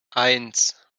eins